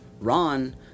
Ron